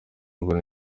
ngo